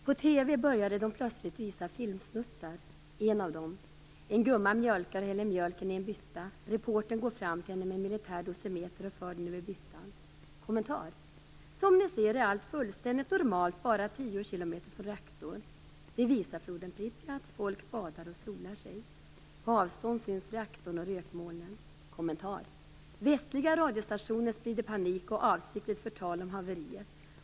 "- På TV började de plötsligt visa filmsnuttar - En av dem: en gumma mjölkar och häller mjölken i en bytta, reportern går fram till henne med en militär dosimeter och för den över byttan - Kommentar: Som ni ser är allt fullständigt normalt bara tio kilometer från reaktorn - De visar floden Pripjat - Folk badar och solar sig - På avstånd syns reaktorn och rökmolnen - Kommentar: Västliga radiostationer sprider panik och avsiktligt förtal om haveriet.